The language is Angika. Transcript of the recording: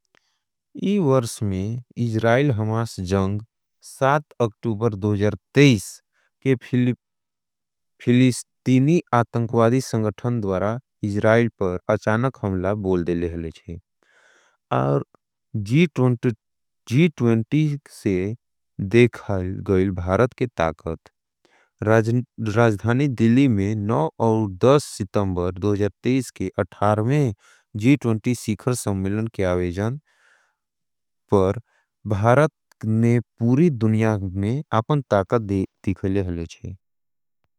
इवर्स में इजराईल हमास जंग साथ अक्टूबर के फिलिस्तीनी आतंखवादी संगठन द्वरा इजराईल पर अचानक हमला बोल दे ले हले छे। और से देखा गईल भारत के ताकत, राजधानी दिली में और सितमबर के अथारमे सीखर सम्मिलन के आवेजन पर भारत पूरी दुनिया में आपन ताकत देखा ले हले छे।